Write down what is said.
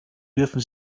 dürfen